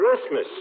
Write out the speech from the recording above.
Christmas